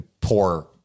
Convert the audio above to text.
poor